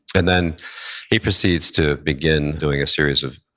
and then he proceeds to begin doing a series of,